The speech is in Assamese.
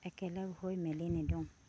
একেলগ হৈ মেলি নিদিওঁ